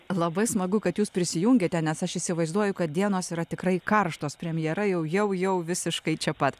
labai smagu kad jūs prisijungiate nes aš įsivaizduoju kad dienos yra tikrai karštos premjera jau jau visiškai čia pat